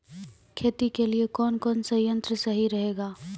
खेती के लिए कौन कौन संयंत्र सही रहेगा?